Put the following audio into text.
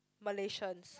Malaysians